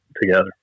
together